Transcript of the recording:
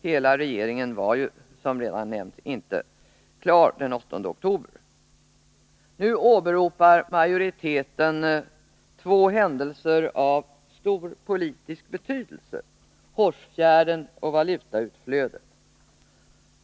Hela regeringen var ju, som redan nämnts, inte klar den 8 oktober. Nu åberopar majoriteten två händelser av stor politisk betydelse: Hårsfjärden och valutautflödet.